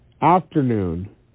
Afternoon